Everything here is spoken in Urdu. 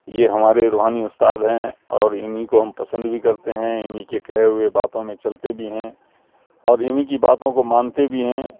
یہ ہمارے روحانی استاد ہیں اور انہیں کو ہم پسند بھی کرتے ہیں انہیں کے کہے ہوئے باتوں میں چلتے بھی ہیں اور انہیں کی باتوں کو مانتے بھی ہیں